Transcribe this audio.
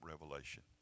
revelation